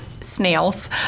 snails